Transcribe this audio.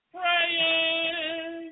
praying